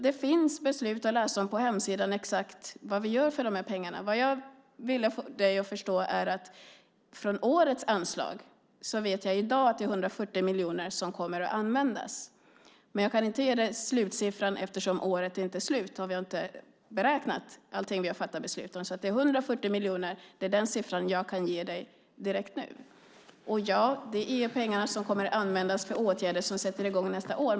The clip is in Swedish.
Det finns beslut att läsa om på hemsidan, och det går att se exakt vad vi gör för pengarna. Vad jag ville få dig att förstå är att från årets anslag vet jag i dag att det är 140 miljoner som kommer att användas. Men jag kan inte ge dig slutsiffran, eftersom året inte är slut. Vi har inte beräknat allting vi har fattat beslut om. Den siffran jag kan ge dig direkt nu är 140 miljoner. Det finns pengar som kommer att användas för åtgärder som sätter i gång nästa år.